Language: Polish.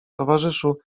towarzyszu